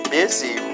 busy